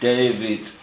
David